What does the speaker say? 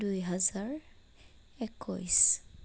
দুই হাজাৰ একৈছ